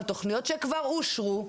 על תוכניות שכבר אושרו,